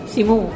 Simu